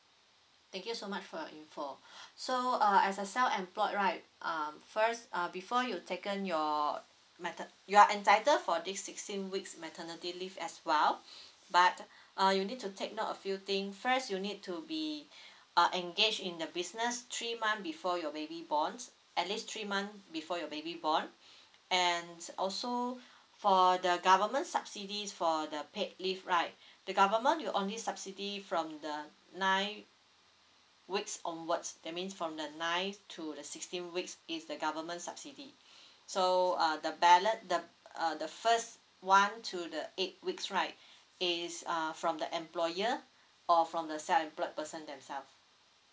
thank you so much for your info so uh as a self employed right um first uh before you taken your mater~ you are entitled for this sixteen weeks maternity leave as well but uh you need to take note a few thing first you need to be uh engage in the business three months before your baby born at least three months before your baby born and also for the government subsidies for the paid leave right the government will only subsidy from the ninth weeks onwards that means from the nine to the sixteen weeks is the government subsidy so uh the ballot the uh the first one to the eight weeks right is err from the employer or from the self employed person themselves